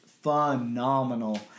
phenomenal